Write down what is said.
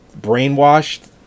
Brainwashed